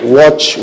watch